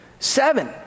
Seven